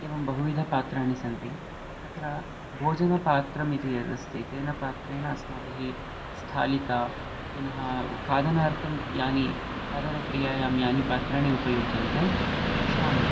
एवं बहुविधपात्राणि सन्ति तत्र भोजनपात्रम् इति यदस्ति तेन पात्रेण अस्माभिः स्थालिका पुनः खादनार्थं यानि खादनक्रियायां यानि पात्राणि उपयुज्यन्ते तेषाम्